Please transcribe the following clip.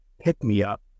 pick-me-up